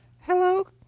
Hello